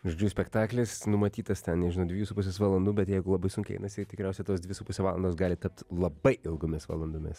žodžiu spektaklis numatytas ten nežinau dviejų su puse valandų bet jeigu labai sunkiai einasi tikriausiai tos dvi su puse valandos gali tapt labai ilgomis valandomis